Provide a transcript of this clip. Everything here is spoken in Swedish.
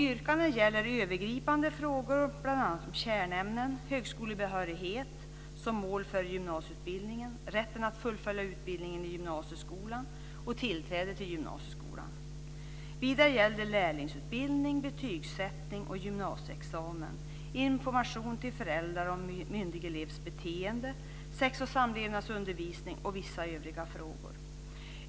Yrkandena gäller övergripande frågor, bl.a. om kärnämnen, högskolebehörighet som mål för gymnasieutbildningen, rätten att fullfölja utbildningen i gymnasieskolan och tillträde till gymnasieskolan. Vidare gäller de lärlingsutbildning, betygssättning och gymnasieexamen, information till föräldrar om myndig elevs beteende, sex och samlevnadsundervisning och vissa övriga frågor.